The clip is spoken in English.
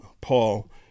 Paul